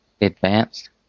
advanced